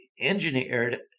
engineered